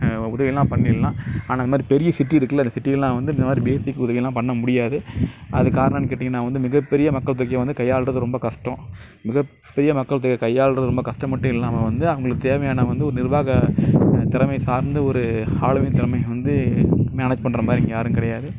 உதவி எல்லாம் பண்ணிடலாம் ஆனால் இது மாதிரி பெரிய சிட்டி இருக்குதுல அந்த சிட்டி எல்லாம் வந்து இந்த மாதிரி பேசிக் உதவி எல்லாம் பண்ண முடியாது அதுக்கு காரணம் கேட்டிங்கனால் வந்து மிக பெரிய மக்கள் தொகையை வந்து கையாள்றது ரொம்ப கஷ்டம் மிக பெரிய மக்கள் தொகையை கையாளுறது ரொம்ப கஷ்டம் மட்டும் இல்லாமல் வந்து அவங்களுக்கு தேவையான வந்து ஒரு நிர்வாக திறமை சார்ந்து ஒரு ஆளுமை தன்மை வந்து மேனேஜ் பண்ணுற மாதிரி இங்கே யாரும் கிடையாது